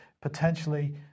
potentially